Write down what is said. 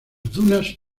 dunas